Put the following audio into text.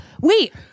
wait